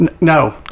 No